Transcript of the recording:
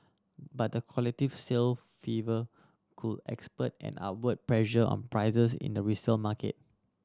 but the collective sale fever could expert an upward pressure on prices in the resale market